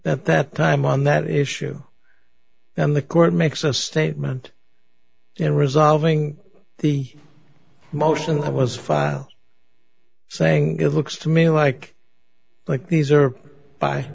that time on that issue and the court makes a statement in resolving the motion was filed saying it looks to me like like these are by